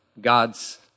God's